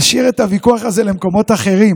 נשאיר את הוויכוח הזה למקומות אחרים,